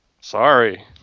sorry